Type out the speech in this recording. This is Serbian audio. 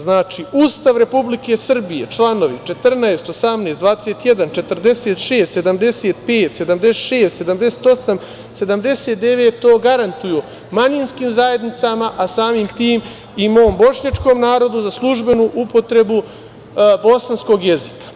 Znači, Ustav Republike Srbije članovi; 14, 18, 21, 46, 75, 76, 78, 79, to garantuju manjinskim zajednicama, a samim tim i mom Bošnjačkom narodu za službenu upotrebu bosanskog jezika.